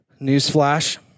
Newsflash